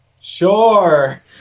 Sure